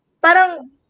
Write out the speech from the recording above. Parang